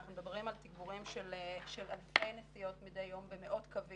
אנחנו מדברים על תיגבורים של אלפי נסיעות מדי יום במאות קווים